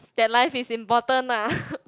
that life is important ah